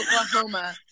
Oklahoma